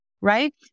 right